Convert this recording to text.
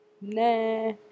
Nah